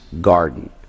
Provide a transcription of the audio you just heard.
garden